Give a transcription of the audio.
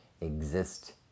exist